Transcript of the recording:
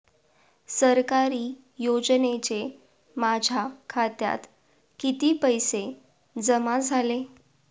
सरकारी योजनेचे माझ्या खात्यात किती पैसे जमा झाले?